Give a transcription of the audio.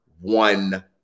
one